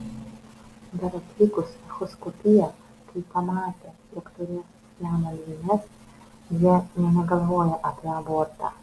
dar atlikus echoskopiją kai pamatė jog turės siamo dvynes jie nė negalvojo apie abortą